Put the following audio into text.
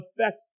affects